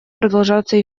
продолжаться